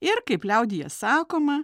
ir kaip liaudyje sakoma